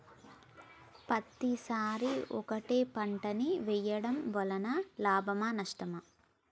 పత్తి సరి ఒకటే పంట ని వేయడం వలన లాభమా నష్టమా?